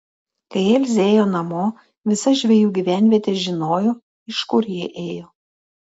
kai elzė ėjo namo visa žvejų gyvenvietė žinojo iš kur ji ėjo